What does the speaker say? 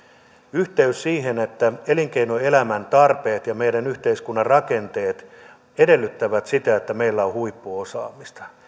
yhteys siihen että elinkeinoelämän tarpeet ja meidän yhteiskunnan rakenteet edellyttävät sitä että meillä on huippuosaamista